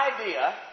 idea